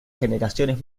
generaciones